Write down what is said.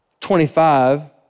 25